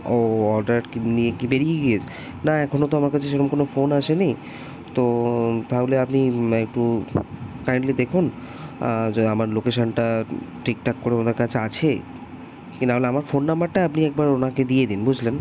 ও order কি নিয়ে কি বেরিয়ে গিয়েছে না এখনো তো আমার কাছে সেরম কোনো ফোন আসে নি তো তাহলে আপনি একটু কাইন্ডলি দেখুন যে আমার লোকেশানটা ঠিকঠাক করে ওনার কাছে আছে কি নাহলে আমার ফোন নম্বরটা আপনি একবার ওনাকে দিয়ে দিন বুঝলেন